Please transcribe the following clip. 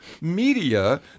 media